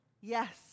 Yes